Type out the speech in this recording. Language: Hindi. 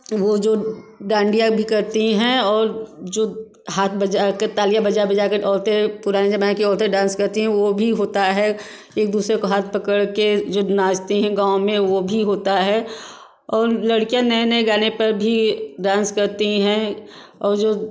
वो जो डांडिया भी करती हैं और जो हाथ बजाकर तालियाँ बजा बजाकर औरतें पुराने ज़माने की औरतें डांस करती हैं वो भी होता है एक दूसरे का हाथ पकड़के जो नाचती हैं गाँव में वो भी होता है और लड़कियाँ नए नए गाने पर भी डांस करती हैं और जो